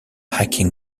hacking